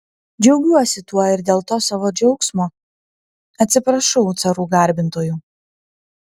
džiaugiuosi tuo ir dėl to savo džiaugsmo atsiprašau carų garbintojų